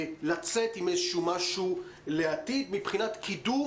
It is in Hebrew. כדי גם לצאת עם משהו לעתיד מבחינת קידום